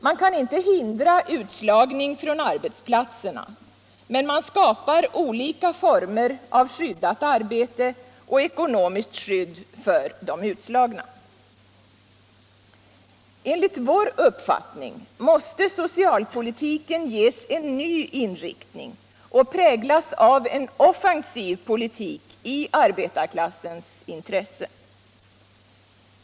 Man kan inte hindra utslagning från arbetsplatserna, men man kan skapa olika former av skyddat arbete och ekonomiskt skyvdd för de utslagna. | Enligt vår .uppfauning måste socialpolitiken ges en ny inriktning och präglas av en offensiv politik i arbetarklassens intresse.